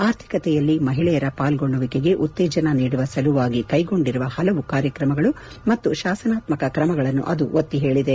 ಆರ್ಥಿಕತೆಯಲ್ಲಿ ಮಹಿಳೆಯರ ಪಾಲ್ಗೊಳ್ಳುವಿಕೆಗೆ ಉತ್ತೇಜನ ನೀಡುವ ಸಲುವಾಗಿ ಕೈಗೊಂಡಿರುವ ಪಲವು ಕಾರ್ಯತ್ರಮಗಳು ಮತ್ತು ಶಾಸನಾತ್ಮಕ್ ತ್ರಮಗಳನ್ನು ಅದು ಒತ್ತಿ ಹೇಳಿದೆ